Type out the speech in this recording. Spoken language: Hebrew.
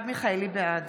בעד